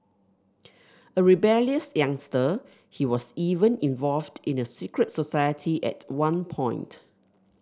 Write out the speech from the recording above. a rebellious youngster he was even involved in a secret society at one point